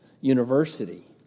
university